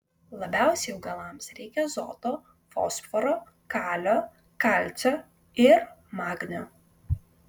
labiausiai augalams reikia azoto fosforo kalio kalcio ir magnio